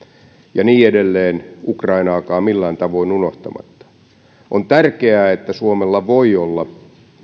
ja niin edelleen ukrainaakaan millään tavoin unohtamatta on tärkeää että suomella voi olla